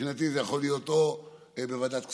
מבחינתי זה יכול להיות בוועדת כספים,